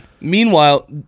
Meanwhile